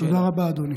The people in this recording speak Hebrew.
תודה רבה, אדוני.